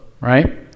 right